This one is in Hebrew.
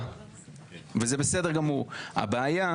לא מאפשרת לכם